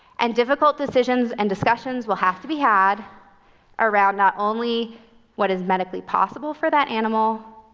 and difficult decisions and discussions will have to be had around not only what is medically possible for that animal,